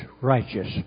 righteous